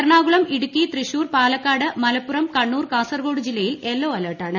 എറണാകുളം ഇടുക്കി തൃശൂർ പാലക്കാട് മലപ്പുറം കണ്ണൂർ കാസർകോഡ് ജില്ലയിൽ യെല്ലോ അലെർട്ടാണ്